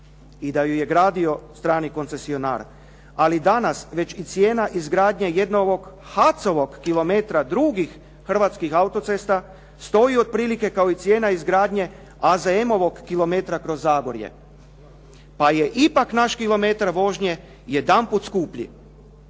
i da ju je gradio strani koncesionar, ali danas već i cijena izgradnje jednog HAC-ovog kilometra drugih hrvatskih autocesta stoji otprilike kao i cijena izgradnje AZM-ovog kilometra kroz Zagorje, pa je ipak naš kilometar vožnje jedanput skuplji.